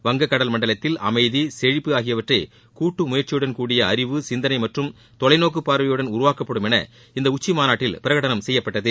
வங்க கடல் மண்டலத்தில் அமைதி செழிப்பு ஆகியவற்றை கூட்டு முயற்சியுடன் கூடிய அறிவு சிந்தனை மற்றும் தொலைநோக்கு பார்வையுடன் உருவாக்கப்படும் என இந்த உச்சிமாநாட்டில் பிரகடனம் செய்யப்பட்டது